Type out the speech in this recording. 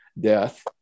death